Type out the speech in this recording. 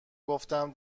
گفتم